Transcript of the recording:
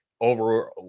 over